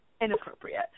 inappropriate